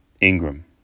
Ingram